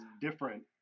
different